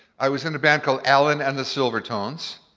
i was in the band called allan and the silvertones.